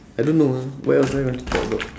I don't know ah what else ah you want to talk about